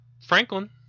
Franklin